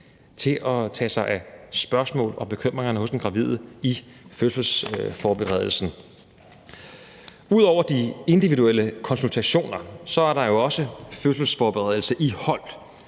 til at tage sig af spørgsmål og bekymringer hos den gravide i fødselsforberedelsen. Ud over de individuelle konsultationer er der jo også fødselsforberedelse i hold.